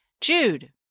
Jude